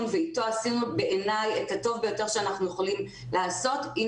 ואתו עשינו בעיניי את הטוב ביותר שאנחנו יכולים לעשות עם